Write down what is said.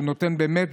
שהוא נותן באמת,